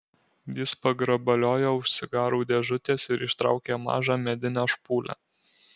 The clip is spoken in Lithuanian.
jis pagrabaliojo už cigarų dėžutės ir ištraukė mažą medinę špūlę